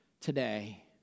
today